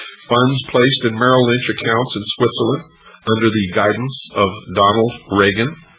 funds placed in merrill lynch accounts in switzerland under the guidance of donald reagan.